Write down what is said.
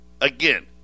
again